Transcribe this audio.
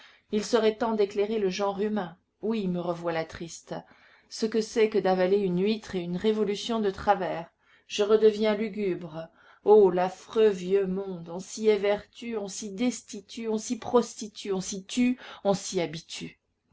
il serait temps d'éclairer le genre humain oui me revoilà triste ce que c'est que d'avaler une huître et une révolution de travers je redeviens lugubre oh l'affreux vieux monde on s'y évertue on s'y destitue on s'y prostitue on s'y tue on s'y habitue